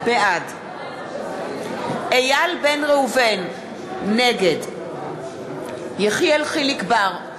בעד איל בן ראובן, נגד יחיאל חיליק בר,